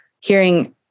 hearing